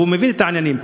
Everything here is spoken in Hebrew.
הוא מבין את העניין.